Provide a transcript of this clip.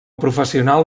professional